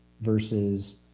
versus